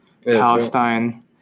Palestine